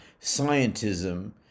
scientism